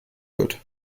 wird